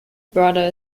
brother